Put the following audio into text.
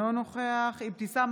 אינו נוכח אבתיסאם